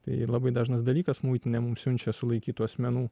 tai labai dažnas dalykas muitinė mums siunčia sulaikytų asmenų